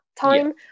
time